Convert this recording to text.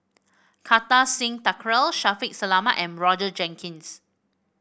Kartar Singh Thakral Shaffiq Selamat and Roger Jenkins